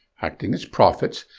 acting as prophets,